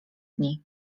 dni